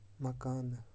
مکانہٕ